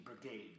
brigade